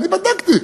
אני בדקתי.